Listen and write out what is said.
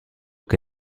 che